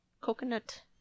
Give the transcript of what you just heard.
coconut